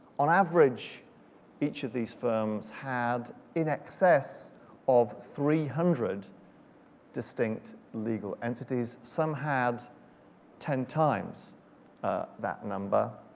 on average each of these firms had in excess of three hundred distinct legal entities. some had ten times that number.